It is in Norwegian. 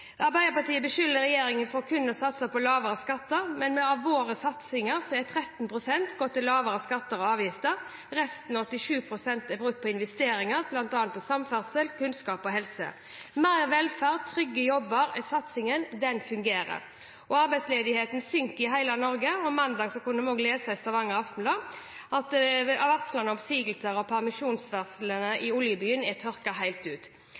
Arbeiderpartiet beskylder regjeringen for kun å satse på lavere skatter, men av våre satsinger er 13 pst. gått til lavere skatter og avgifter. Resten – 87 pst. – er brukt på investeringer, bl.a. innen samferdsel, kunnskap og helse. Mer velferd og trygge jobber er satsingen – den fungerer. Arbeidsledigheten synker i hele Norge, og på tirsdag kunne vi lese i Stavanger Aftenblad at varsler om oppsigelser og permitteringer i oljebyen har tørket helt ut.